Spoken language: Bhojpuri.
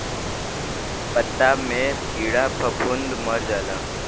पत्ता मे कीड़ा फफूंद मर जाला